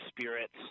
spirits